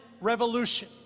revolution